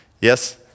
Yes